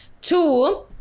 Two